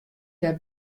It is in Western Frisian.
dêr